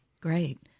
Great